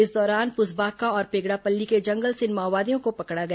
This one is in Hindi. इस दौरान पुसबाका और पेगड़ापल्ली के जंगल से इन माओवादियों को पकड़ा गया